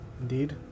Indeed